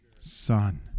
son